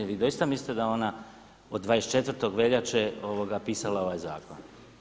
Vi doista mislite da je ona od 24. veljače pisala ovaj zakon?